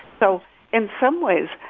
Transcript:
so in some ways,